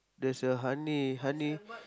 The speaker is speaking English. there's a honey honey